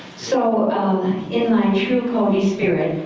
so in my true cody spirit,